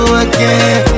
again